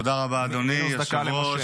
תודה רבה, אדוני היושב-ראש.